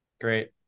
Great